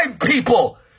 people